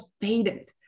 faded